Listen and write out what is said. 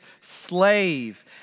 slave